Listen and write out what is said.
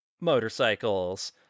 motorcycles